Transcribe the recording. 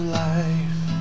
life